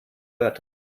wörter